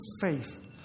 faith